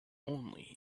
only